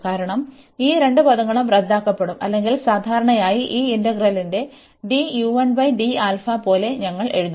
കാരണം ഈ രണ്ട് പദങ്ങളും റദ്ദാക്കപ്പെടും അല്ലെങ്കിൽ സാധാരണയായി ഈ ഇന്റഗ്രലിന്റെ പോലെ ഞങ്ങൾ എഴുതുന്നു